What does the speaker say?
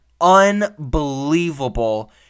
unbelievable